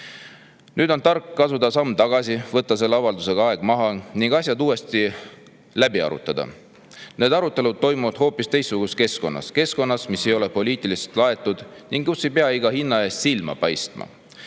Nüüd on tark astuda samm tagasi, võtta selle avaldusega aeg maha ja asjad uuesti läbi arutada. Need arutelud toimuks hoopis teistsuguses keskkonnas – keskkonnas, mis ei ole poliitiliselt laetud ning kus ei pea iga hinna eest silma paistma.